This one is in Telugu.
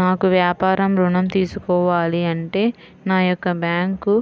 నాకు వ్యాపారం ఋణం తీసుకోవాలి అంటే నా యొక్క బ్యాంకు